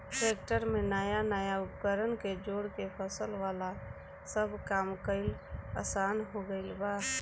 tractor में नया नया उपकरण के जोड़ के फसल वाला सब काम कईल आसान हो गईल बा